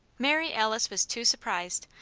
mary alice was too surprised,